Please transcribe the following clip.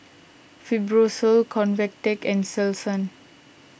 Fibrosol Convatec and Selsun